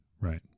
right